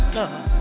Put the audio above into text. love